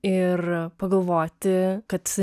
ir pagalvoti kad